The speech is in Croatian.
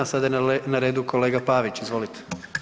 Sada je na redu kolega Pavić, izvolite.